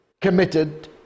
committed